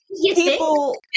people